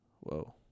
Whoa